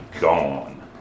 gone